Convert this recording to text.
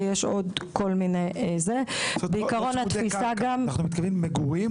ויש עוד כל מיני- -- אנחנו מתכוונים מגורים,